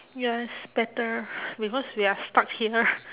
yes better because we are stuck here